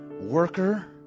Worker